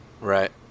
Right